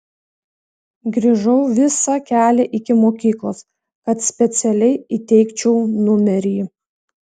grįžau visą kelią iki mokyklos kad specialiai įteikčiau numerį